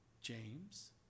James